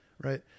Right